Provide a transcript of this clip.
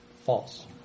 False